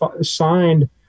signed